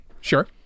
Sure